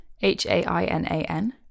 H-A-I-N-A-N